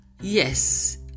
yes